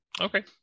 Okay